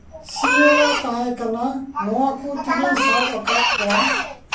ᱥᱤᱭᱟᱹᱲᱟ ᱛᱟᱦᱮᱸᱠᱟᱱᱟ ᱱᱚᱣᱟ ᱠᱚ ᱛᱮᱜᱮᱧ ᱥᱟᱵ ᱟᱠᱟᱫ ᱠᱚᱣᱟ